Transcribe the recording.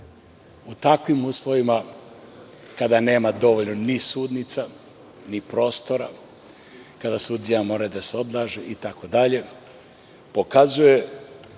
U takvim uslovima, kada nema dovoljno ni sudnica, ni prostora, kada suđenje mora da se odloži, itd, pokazuje